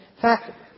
fact